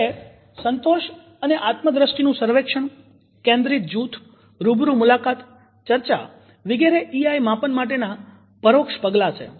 જ્યારે સંતોષ અને આત્મ દ્રષ્ટિનું સર્વેક્ષણ કેન્દ્ર્રિત જૂથ રૂબરૂ મુલાકાત ચર્ચા વિગેરે ઇઆઇ માપન માટે પરોક્ષ પગલાં છે